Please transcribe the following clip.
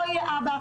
לא יהיה אבא,